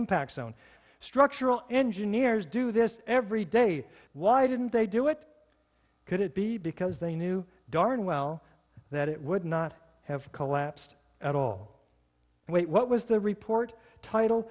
impact zone structural engineers do this every day why didn't they do it could it be because they knew darn well that it would not have collapsed at all wait what was the report title